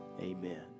Amen